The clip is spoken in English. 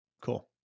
cool